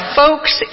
folks